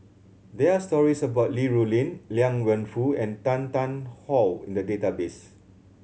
there are stories about Li Rulin Liang Wenfu and Tan Tarn How in the database